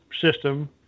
system